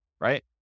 Right